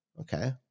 Okay